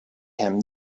him